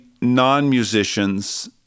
non-musicians